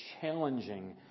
challenging